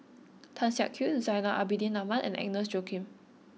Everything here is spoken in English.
Tan Siak Kew Zainal Abidin Ahmad and Agnes Joaquim